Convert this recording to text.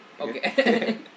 Okay